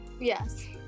Yes